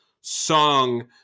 song